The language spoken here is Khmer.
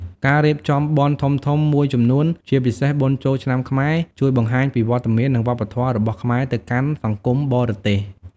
ការរៀបចំបុណ្យធំៗមួយចំនួន ជាពិសេសបុណ្យចូលឆ្នាំខ្មែរ ជួយបង្ហាញពីវត្តមាន និងវប្បធម៌របស់ខ្មែរទៅកាន់សង្គមបរទេស។